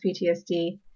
PTSD